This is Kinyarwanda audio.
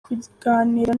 kuganira